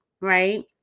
Right